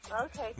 Okay